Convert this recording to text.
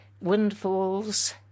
windfalls